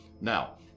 now